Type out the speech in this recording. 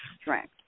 strength